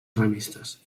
revistes